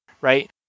right